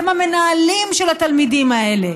הם המנהלים של התלמידים האלה,